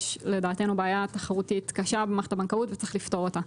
יש לדעתנו בעיה תחרותית קשה במערכת הבנקאות וצריך לפתור אותה.